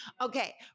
Okay